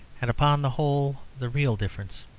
and, upon the whole, the real difference.